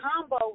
combo